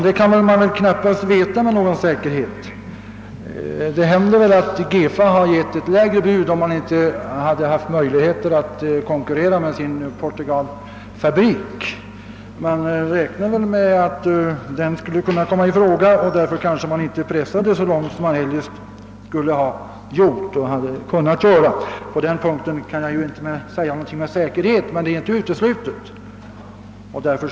Det kan man inte veta med säkerhet. GEFA kanske hade lämnat: ett lägre bud om företaget inte haft möjlighet att konkurrera genom sin fabrik i Portugal. Man räknade kanske med att denna skulle komma i fråga och pressade därför inte priserna så långt som man skulle kunnat göra. Jag kan naturligtvis inte säga någonting härom med säkerhet, men den möjligheten är inte utesluten.